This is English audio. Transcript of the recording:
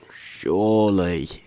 surely